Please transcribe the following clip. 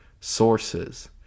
sources